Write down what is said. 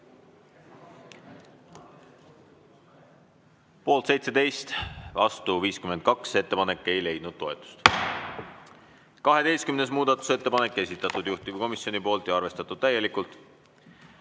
17, vastu 52, ettepanek ei leidnud toetust. 12. muudatusettepanek, esitanud juhtivkomisjon ja arvestatud täielikult.